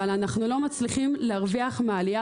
אבל אנחנו לא מצליחים להרוויח מהעלייה